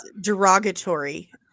derogatory